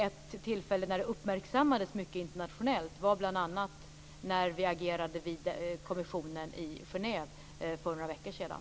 Ett tillfälle då det uppmärksammades mycket internationellt var bl.a. när vi agerade vid kommissionen i Genève för några veckor sedan.